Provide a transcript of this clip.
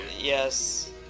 Yes